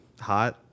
hot